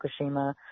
Fukushima